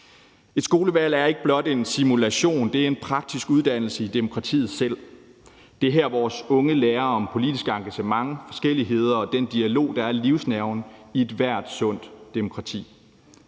Et skolevalg er ikke blot en simulation; det er en praktisk uddannelse i demokratiet selv. Det er her, vores unge lærer om politisk engagement, forskelligheder og den dialog, der er livsnerven i ethvert sundt demokrati.